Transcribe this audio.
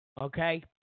okay